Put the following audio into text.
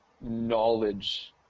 knowledge